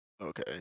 Okay